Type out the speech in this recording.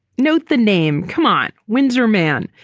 note the name. come on, windsor man.